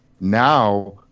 now